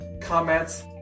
comments